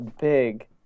big